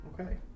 okay